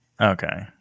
okay